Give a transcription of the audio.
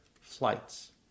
flights